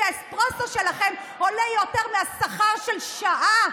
כי האספרסו שלכם עולה יותר מהשכר של שעת